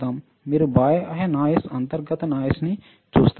మీరు బాహ్య నాయిస్ అంతర్గత నాయిస్న్ని చూస్తారు